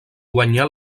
guanyà